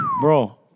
Bro